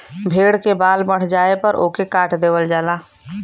भेड़ के बाल बढ़ जाये पे ओके काट देवल जाला